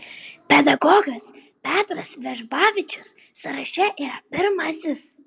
pedagogas petras vežbavičius sąraše yra pirmasis